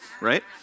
right